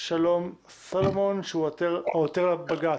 שלום סולומון, שהוא העותר לבג"צ.